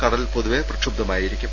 കടൽ പൊതുവെ പ്രക്ഷു ബ്ധമായിരിക്കും